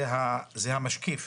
זה המשקיף